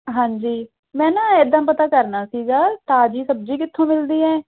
ਹਾਂਜੀ ਮੈਂ ਨਾ ਇੱਦਾਂ ਪਤਾ ਕਰਨਾ ਸੀਗਾ ਤਾਜ਼ੀ ਸਬਜ਼ੀ ਕਿੱਥੋਂ ਮਿਲਦੀ ਹੈ